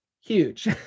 huge